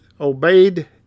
obeyed